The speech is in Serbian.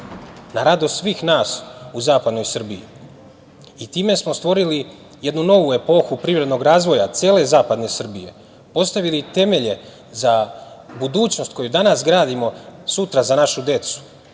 Na radost svih nas u zapadnoj Srbiji i time smo stvorili jednu novu epohu privrednog razvoja cele zapadne Srbije. Postavili temelje za budućnost koju danas gradimo sutra za našu decu.